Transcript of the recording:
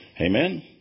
Amen